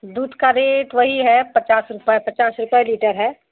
दूध का रेट वहीं है पचास रुपये पचास रुपये लीटर है